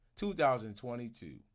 2022